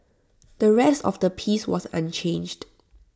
the rest of the piece was unchanged